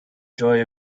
joy